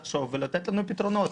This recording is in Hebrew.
לחשוב ולתת לנו פתרונות.